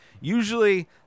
Usually